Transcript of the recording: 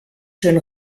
schön